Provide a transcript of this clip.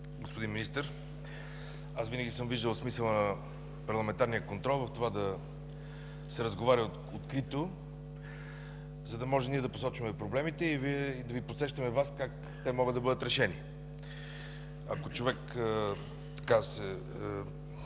господин Министър! Аз винаги съм виждал смисъла на парламентарния контрол в това да се разговаря открито, за да можем ние да посочваме проблемите и да подсещаме Вас как те могат да бъдат решени. Ако човек се